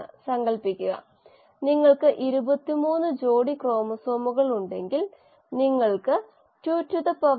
Ks എന്നത് Sന് തുല്യമാകുമ്പോൾ എന്തുസംഭവിക്കുമെന്ന് നമുക്ക് നോക്കാം Ks മോണോഡ് മോഡലിൽ Sന് തുല്യമാണെങ്കിൽ Ks നെ S മാറ്റുമ്പോൾ എന്താണ് സംഭവിക്കുന്നതെന്ന് നോക്കാം